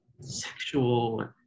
sexual